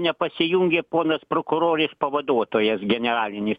nepasijungė ponas prokurorės pavaduotojas generalinis